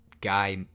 guy